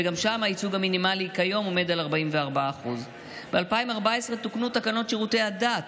ושם הייצוג המינימלי כיום עומד על 44%. ב-2014 תוקנו תקנות שירותי הדת